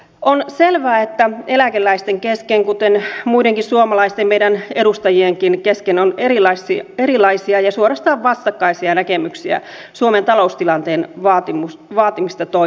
on selvää että eläkeläisten kesken kuten muidenkin suomalaisten meidän edustajienkin kesken on erilaisia ja suorastaan vastakkaisia näkemyksiä suomen taloustilanteen vaatimista toimista